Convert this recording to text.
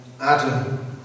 Adam